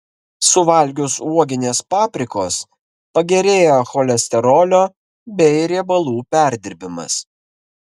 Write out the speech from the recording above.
suvalgius uoginės paprikos pagerėja cholesterolio bei riebalų perdirbimas